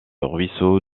ruisseau